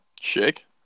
Shake